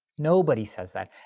nobody says that.